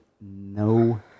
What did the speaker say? no